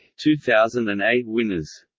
two thousand and eight winners